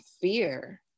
fear